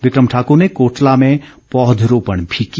बिक्रम ठाकूर ने कोटला में पौधरोपण भी किया